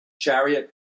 chariot